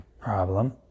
problem